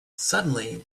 suddenly